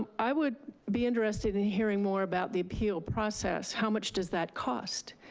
um i would be interested in hearing more about the appeal process, how much does that cost?